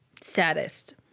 saddest